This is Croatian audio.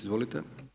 Izvolite.